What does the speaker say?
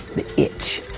the itch.